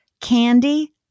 candy